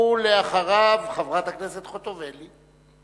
ואחריו, חברת הכנסת חוטובלי.